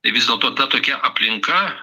tai vis dėlto ta tokia aplinka